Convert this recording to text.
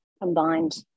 combined